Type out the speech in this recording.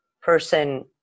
person